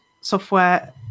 software